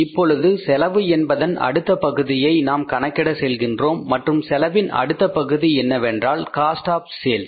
இப்பொழுது செலவு என்பதன் அடுத்த பகுதியை நாம் கணக்கிட செல்கின்றோம் மற்றும் செலவின் அடுத்த பகுதி என்னவென்றால் காஸ்ட் ஆப் சேல்ஸ்